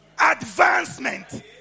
Advancement